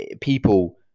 people